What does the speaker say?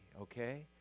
Okay